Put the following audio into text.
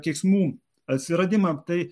keiksmų atsiradimą tai